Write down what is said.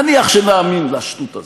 נניח שנאמין לשטות הזאת.